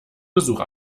besuch